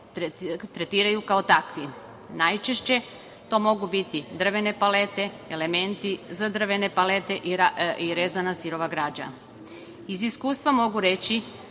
tretiraju kao takvi. Najčešće to mogu biti drvene palete, elementi za drvene palete i rezana sirova građa. Iz iskustva mogu reći,